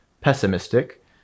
pessimistic